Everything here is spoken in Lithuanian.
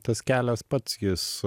tas kelias pats jis